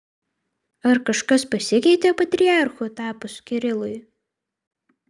ar kažkas pasikeitė patriarchu tapus kirilui